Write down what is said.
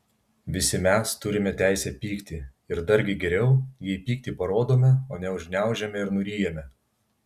visi mes turime teisę pykti ir dargi geriau jei pyktį parodome o ne užgniaužiame ir nuryjame